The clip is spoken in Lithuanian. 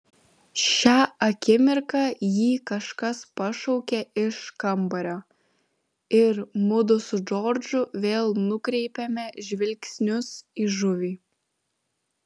šią akimirką jį kažkas pašaukė iš kambario ir mudu su džordžu vėl nukreipėme žvilgsnius į žuvį